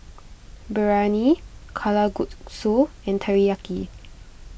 Biryani Kalguksu and Teriyaki